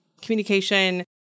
communication